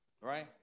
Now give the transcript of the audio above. right